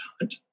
hunt